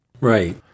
Right